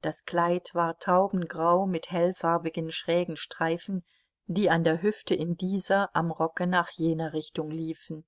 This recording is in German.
das kleid war taubengrau mit hellfarbigen schrägen streifen die an der hüfte in dieser am rocke nach jener richtung liefen